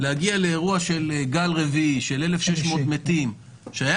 להגיע לאירוע של גל רביעי של 1,600 מתים שהיה